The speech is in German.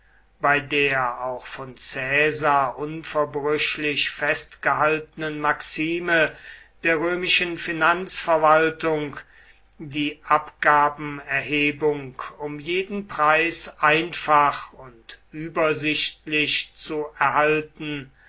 bei der auch von caesar unverbrüchlich festgehaltenen maxime der römischen finanzverwaltung die abgabenerhebung um jeden preis einfach und übersichtlich zu erhalten